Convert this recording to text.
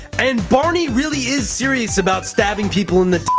and barney really is serious about stabbing people in the